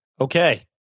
Okay